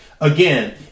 Again